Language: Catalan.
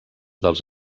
dels